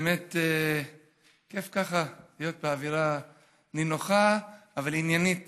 באמת כיף ככה להיות באווירה נינוחה אבל עניינית